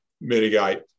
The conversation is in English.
mitigate